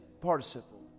participle